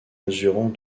mesurant